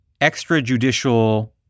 extrajudicial